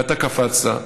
ואתה קפצת.